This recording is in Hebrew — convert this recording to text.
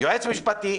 היועץ משפטי,